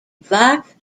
black